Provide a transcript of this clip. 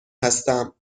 هستم